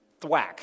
thwack